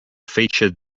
featured